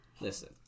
Listen